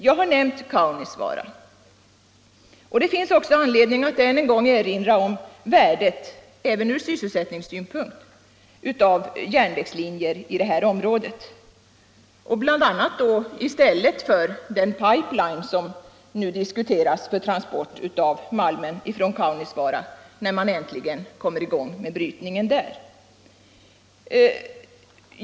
Jag har nämnt Kaunisvaara. Det finns anledning att än en gång erinra om värdet, även ur sysselsättningssynpunkt, av järnvägslinjer i det här området, bl.a. i stället för den pipeline som nu diskuteras för transport av malmen från Kaunisvaara när man äntligen kommer i gång med brytningen där.